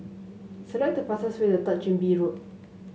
select the fastest way to Third Chin Bee Road